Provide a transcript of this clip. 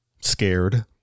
Scared